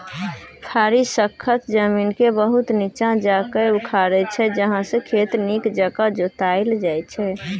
फारी सक्खत जमीनकेँ बहुत नीच्चाँ जाकए उखारै छै जाहिसँ खेत नीक जकाँ जोताएल जाइ छै